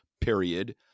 period